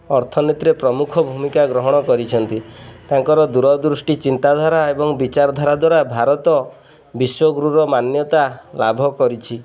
ଅର୍ଥନୀତିରେ ପ୍ରମୁଖ ଭୂମିକା ଗ୍ରହଣ କରିଛନ୍ତି ତାଙ୍କର ଦୂରଦୃଷ୍ଟି ଚିନ୍ତାଧାରା ଏବଂ ବିଚାରଧାରା ଦ୍ୱାରା ଭାରତ ବିଶ୍ୱଗୁରୁର ମାନ୍ୟତା ଲାଭ କରିଛି